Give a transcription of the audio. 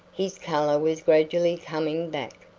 his color was gradually coming back.